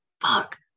Fuck